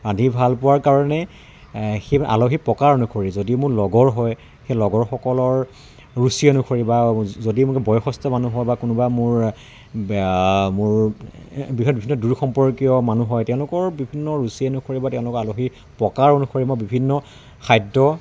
ৰান্ধি ভাল পোৱাৰ কাৰণে সেই আলহীৰ প্ৰকাৰ অনুসৰি যদি মোৰ লগৰ হয় সেই লগৰ সকলৰ ৰুচি অনুসৰি বা যদি কোনো বয়সষ্ঠ মানুহ হয় বা কোনোবা মোৰ মোৰ বৃহৎ দূৰ সম্পৰ্কীয় মানুহ হয় তেওঁলোকৰ বিভিন্ন ৰুচি অনুসৰি বা তেওঁলোক আলহী প্ৰকাৰ অনুসৰি মই বিভিন্ন খাদ্য